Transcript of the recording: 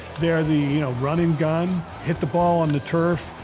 they're the, you know, run and gun, hit the ball on the turf.